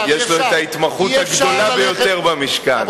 יש לו ההתמחות הגדולה ביותר במשכן,